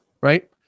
right